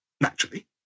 naturally